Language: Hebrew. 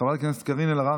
חברת הכנסת קארין אלהרר,